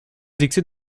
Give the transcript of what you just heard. vexé